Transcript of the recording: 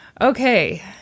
Okay